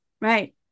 Right